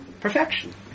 Perfection